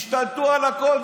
השתלטו על הכול.